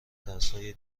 ترسهای